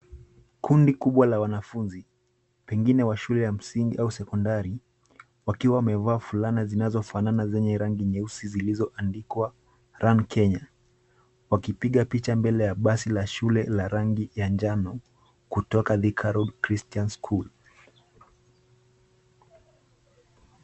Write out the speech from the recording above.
Kundi kubwa la wanafunzi, pengine wa shule ya msingi au sekondari, wakiwa wamevaa fulana zinazofanana zenye rangi nyeusi zilizoandikwa Run Kenya . Wakipiga picha mbele ya basi la shule la rangi ya njano kutoka Thika Road Christian School.